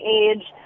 age